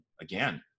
again